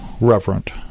reverent